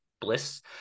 bliss